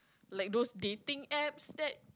like those dating apps that